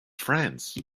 france